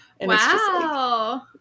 wow